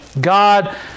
God